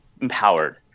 empowered